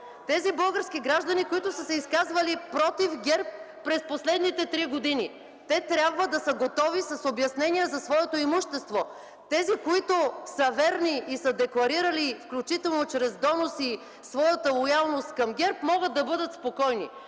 тези български граждани, които са се изказвали против ГЕРБ през последните 3 години, те трябва да са готови с обяснения за своето имущество. Тези, които са верни и са декларирали, включително чрез доноси, своята лоялност към ГЕРБ, могат да бъдат спокойни.